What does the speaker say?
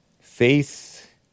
Faith